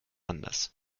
anders